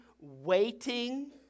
waiting